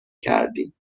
کردیم